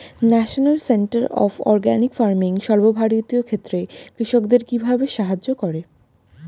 National centre of organic farming সর্বভারতীয় ক্ষেত্রে কৃষকদের কিভাবে সাহায্য করে?